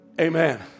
Amen